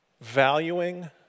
valuing